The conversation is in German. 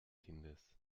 kindes